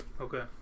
Okay